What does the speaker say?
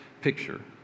picture